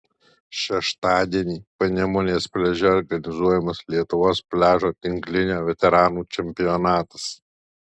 šeštadienį panemunės pliaže organizuojamas lietuvos pliažo tinklinio veteranų čempionatas